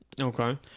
Okay